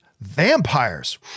vampires